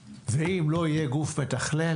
ואם לא יהיה גוף מתכלל,